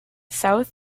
south